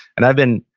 and i've been,